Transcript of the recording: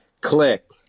click